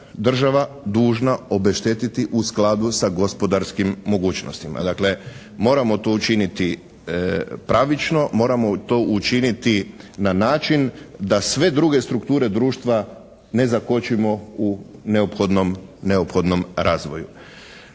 država dužna obeštetiti u skladu sa gospodarskim mogućnosti. Dakle, moramo to učiniti pravično, moramo to učiniti na način da sve druge strukture društva ne zakočimo u neophodnom razvoju.